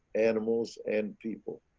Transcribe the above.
animals, and people.